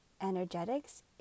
energetics